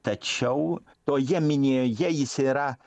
tačiau toje minioje jis yra